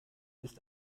ist